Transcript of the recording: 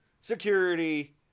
security